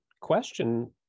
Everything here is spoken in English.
question